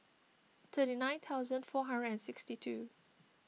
thirty nine thousand four hundred and sixty two